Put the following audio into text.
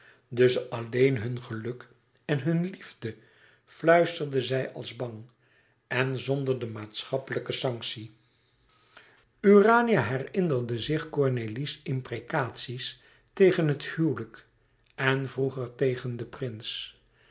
dus alleen hun geluk en hun liefde fluisterde zij als bang en zonder de maatschappelijke sanctie urania herinnerde zich cornélie's imprecaties tegen het huwelijk en vroeger tegen den prins